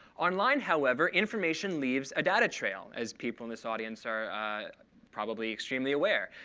online, however, information leaves a data trail, as people in this audience are probably extremely aware.